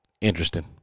interesting